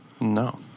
No